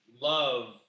love